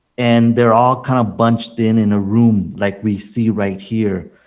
and they are all kind of bunched in in a room like we see right here.